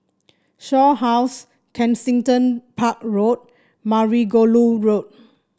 Shaw House Kensington Park Road Margoliouth Road